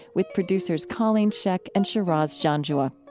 with producers colleen scheck and shiraz janjua.